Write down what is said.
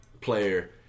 player